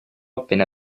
appena